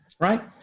Right